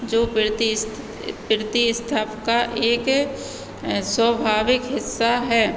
जो का एक स्वाभाविक हिस्सा है